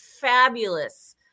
fabulous